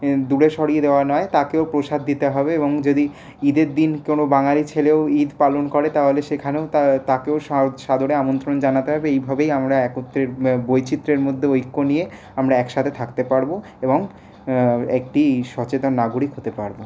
দূরে সরিয়ে দেওয়া নয় তাকেও প্রসাদ দিতে হবে এবং যদি ঈদের দিন কোন বাঙালি ছেলেও ঈদ পালন করে তাহলে সেখানেও তাকেও সাদরে আমন্ত্রণ জানাতে হবে এইভাবেই আমরা একত্রে বৈচিত্র্যের মধ্যে ঐক্য নিয়ে আমরা একসাথে থাকতে পারবো এবং একটি সচেতন নাগরিক হতে পারবো